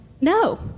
no